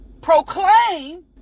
proclaim